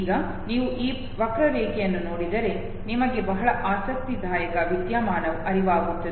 ಈಗ ನೀವು ಈ ವಕ್ರರೇಖೆಯನ್ನು ನೋಡಿದರೆ ನಿಮಗೆ ಬಹಳ ಆಸಕ್ತಿದಾಯಕ ವಿದ್ಯಮಾನವು ಅರಿವಾಗುತ್ತದೆ